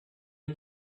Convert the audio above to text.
une